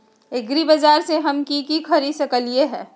एग्रीबाजार से हम की की खरीद सकलियै ह?